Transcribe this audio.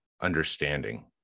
understanding